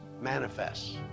manifests